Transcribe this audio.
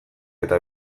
eta